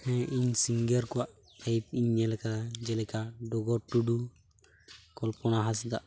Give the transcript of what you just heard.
ᱦᱮᱸ ᱤᱧ ᱥᱤᱝᱜᱟᱨ ᱠᱚᱣᱟᱜ ᱞᱟᱭᱤᱵ ᱤᱧ ᱧᱮᱞ ᱠᱟᱫᱟ ᱡᱮᱞᱮᱠᱟ ᱰᱚᱜᱚᱨ ᱴᱩᱰᱩ ᱠᱚᱞᱯᱚᱱᱟ ᱦᱟᱸᱥᱫᱟᱜ